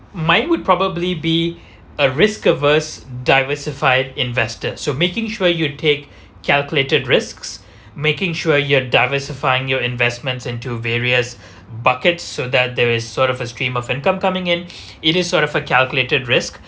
mine would probably be a risk averse diversified investor so making sure you take calculated risks making sure you are diversifying your investments into various bucket so that there is sort of a stream of income coming in it is sort of a calculated risk